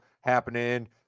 happening